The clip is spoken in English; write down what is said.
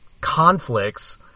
conflicts